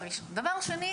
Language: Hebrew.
שנית,